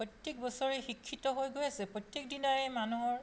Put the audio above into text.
প্ৰত্যেক বছৰে শিক্ষিত হৈ গৈ আছে প্ৰত্যেক দিনাই মানুহৰ